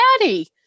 Daddy